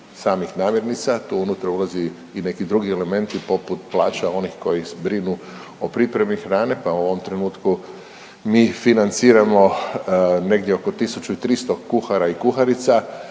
samih namirnica. Tu unutra ulaze i neki drugi elementi poput plaća onih koji brinu o pripremi hrane, pa u ovom trenutku mi financiramo negdje oko 1300 kuhara i kuharica,